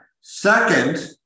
Second